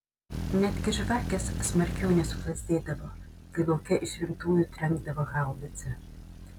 netgi žvakės smarkiau nesuplazdėdavo kai lauke iš rimtųjų trenkdavo haubica